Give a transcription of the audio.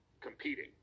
competing